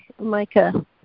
Micah